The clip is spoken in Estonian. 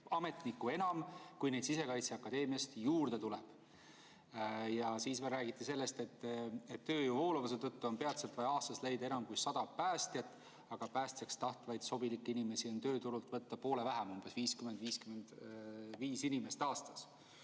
ametnikku enam, kui neid Sisekaitseakadeemiast juurde tuleb. Siis räägiti sellest, et tööjõu voolavuse tõttu on peatselt vaja aastas leida enam kui 100 päästjat, aga päästjaks tahtvaid sobilikke inimesi on tööturult võtta poole vähem, 50–55 inimest aastas.